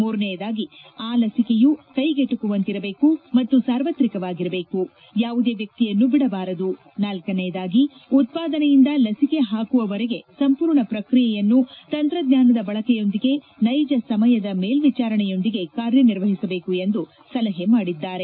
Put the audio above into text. ಮೂರನೆಯದಾಗಿ ಆ ಲಸಿಕೆಯು ಕೈಗೆಟುಕುವಂತಿರದೇಕು ಮತ್ತು ಸಾರ್ವತ್ರಿಕ ವಾಗಿರಬೇಕು ಯಾವುದೇ ವ್ವಕ್ತಿಯನ್ನೂ ಬಿಡಬಾರದು ನಾಲ್ಲನೆಯದಾಗಿ ಉತ್ಪಾದನೆಯಿಂದ ಲಸಿಕೆ ಹಾಕುವವರೆಗೆ ಸಂಪೂರ್ಣ ಪ್ರಕ್ರಿಯೆಯನ್ನು ತಂತ್ರಜ್ಞಾನದ ಬಳಕೆಯೊಂದಿಗೆ ನೈಜ ಸಮಯದ ಮೇಲ್ವಿಚಾರಣೆಯೊಂದಿಗೆ ಕಾರ್ಯನಿರ್ವಹಿಸಬೇಕು ಎಂದು ಸಲಹೆ ಮಾಡಿದ್ದಾರೆ